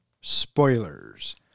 spoilers